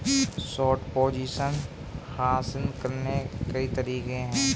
short position हासिल करने के कई तरीके हैं